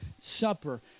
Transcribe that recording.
Supper